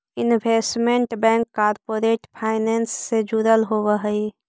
investment bank corporate finance से जुड़ल होवऽ हइ